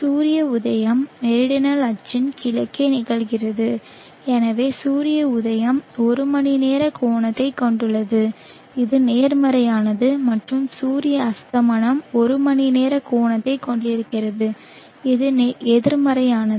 சூரிய உதயம் மெரிடனல் அச்சின் கிழக்கே நிகழ்கிறது எனவே சூரிய உதயம் ஒரு மணிநேர கோணத்தைக் கொண்டுள்ளது இது நேர்மறையானது மற்றும் சூரிய அஸ்தமனம் ஒரு மணிநேர கோணத்தைக் கொண்டிருக்கிறது இது எதிர்மறையானது